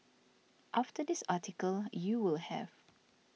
after this article you will have